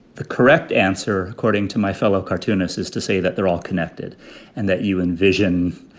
the correct answer, according to my fellow cartoonist, is to say that they're all connected and that you envision